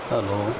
Hello